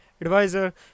advisor